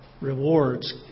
rewards